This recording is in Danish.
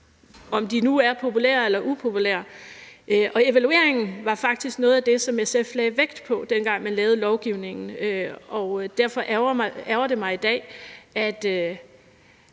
om de nu er populære eller upopulære, og evalueringen var faktisk noget af det, som SF lagde vægt på, dengang man lavede lovgivningen, og derfor ærgrer det mig i dag, at